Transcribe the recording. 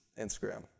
Instagram